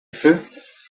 fifth